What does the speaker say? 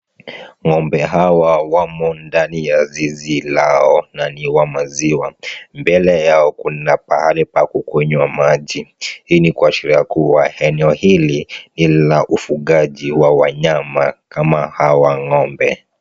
Ng'ombe hawa wamo ndani ya zizi lao, na ni wamaziwa mbele yao kuna pahali pa kukunywa maji, hii ni kuashiria kuwa eneo hili ni la ufugaji wa wanyama kama hawa ng'ombe.